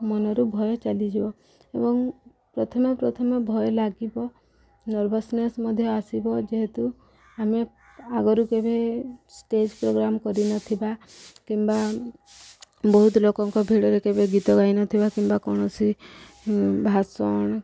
ମନରୁ ଭୟ ଚାଲିଯିବ ଏବଂ ପ୍ରଥମେ ପ୍ରଥମେ ଭୟ ଲାଗିବ ନର୍ଭସନେସ୍ ମଧ୍ୟ ଆସିବ ଯେହେତୁ ଆମେ ଆଗରୁ କେବେ ଷ୍ଟେଜ୍ ପ୍ରୋଗ୍ରାମ୍ କରିନଥିବା କିମ୍ବା ବହୁତ ଲୋକଙ୍କ ଭିଡ଼ରେ କେବେ ଗୀତ ଗାଇନଥିବା କିମ୍ବା କୌଣସି ଭାଷଣ